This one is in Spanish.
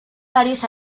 varios